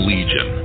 Legion